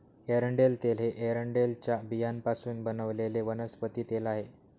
एरंडेल तेल हे एरंडेलच्या बियांपासून बनवलेले वनस्पती तेल आहे